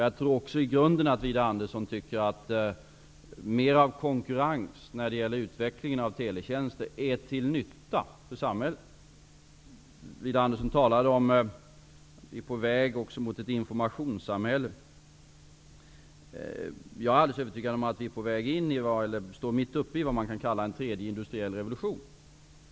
Jag tror också att Widar Andersson i grunden tycker att mer konkurrens när det gäller utvecklingen av teletjänster är till nytta för samhället. Widar Andersson talade om att vi är på väg mot ett informationssamhälle. Jag är alldeles övertygad om att vi står mitt uppe i vad man kan kalla en tredje industriell revolution.